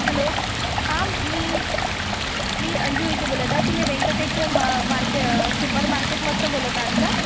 hello हां मी मी अंजू उईके बोलत आहे तुम्ही व्यंकटेश मा मार्के सुपरमार्केटमधनं बोलत आत का